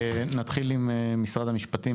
מתחיל עם משרד המפשטים.